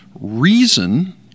reason